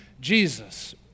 Jesus